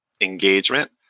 engagement